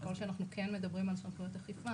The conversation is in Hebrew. ככל שאנחנו כן מדברים על סמכויות אכיפה